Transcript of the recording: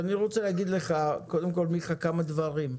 קודם כול, מיכה, אני רוצה להגיד לך כמה דברים.